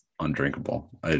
undrinkable